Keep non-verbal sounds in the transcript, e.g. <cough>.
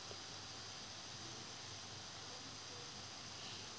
<breath>